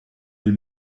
elle